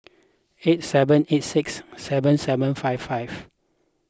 eight seven eight six seven seven five five